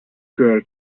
girl